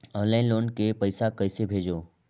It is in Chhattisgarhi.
ऑनलाइन लोन के पईसा कइसे भेजों?